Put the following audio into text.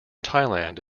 thailand